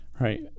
right